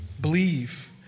Believe